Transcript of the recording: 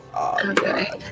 Okay